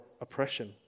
oppression